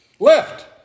Left